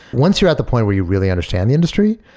once you're at the point where you really understand the industry,